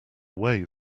way